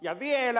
ja vielä